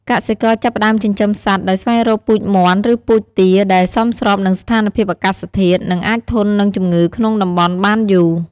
កសិករចាប់ផ្តើមចិញ្ចឹមសត្វដោយស្វែងរកពូជមាន់ ឬពូជទាដែលសមស្របនឹងស្ថានភាពអាកាសធាតុ និងអាចធន់នឹងជំងឺក្នុងតំបន់បានយូរ។